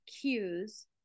cues